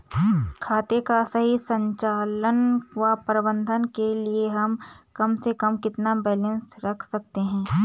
खाते का सही संचालन व प्रबंधन के लिए हम कम से कम कितना बैलेंस रख सकते हैं?